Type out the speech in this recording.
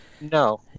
No